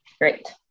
Great